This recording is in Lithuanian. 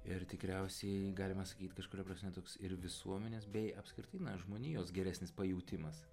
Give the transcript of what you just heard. ir tikriausiai galima sakyt kažkuria prasme toks ir visuomenės bei apskritai žmonijos geresnis pajautimas